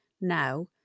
now